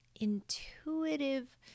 intuitive